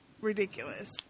ridiculous